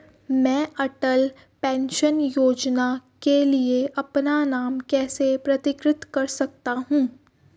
मैं अटल पेंशन योजना के लिए अपना नाम कैसे पंजीकृत कर सकता हूं?